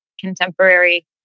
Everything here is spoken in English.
contemporary